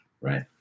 Right